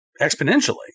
exponentially